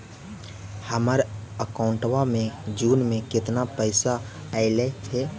हमर अकाउँटवा मे जून में केतना पैसा अईले हे?